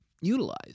utilize